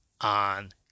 on